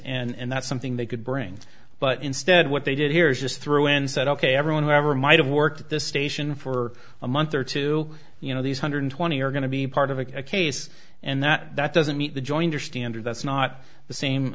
claims and that's something they could bring but instead what they did here is just through and said ok everyone who ever might have worked at the station for a month or two you know these hundred twenty are going to be part of a case and that doesn't meet the joinder standard that's not the same